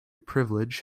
privilege